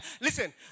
Listen